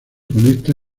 conecta